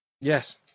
Yes